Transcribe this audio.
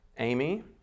Amy